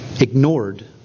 ignored